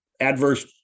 adverse